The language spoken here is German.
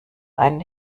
einen